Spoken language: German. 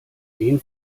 den